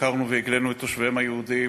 עקרנו והגלינו את תושביהם היהודים